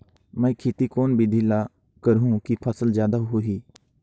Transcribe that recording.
मै खेती कोन बिधी ल करहु कि फसल जादा होही